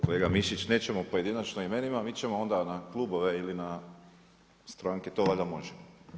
Kolega Mišić, nećemo pojedinačno o imenima, mi ćemo onda na klubove ili na stranke, to valjda možemo.